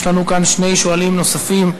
יש לנו כאן שני שואלים נוספים,